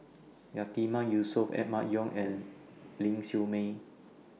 Yatiman Yusof Emma Yong and Ling Siew May